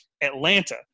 Atlanta